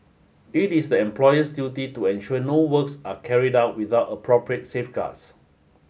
it is the employer's duty to ensure no works are carried out without appropriate safeguards